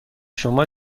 شما